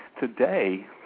Today